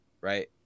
Right